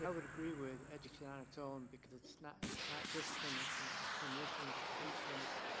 yeah would agree with education on its own, because it's not it's not just clinicians. it's clinicians, patients,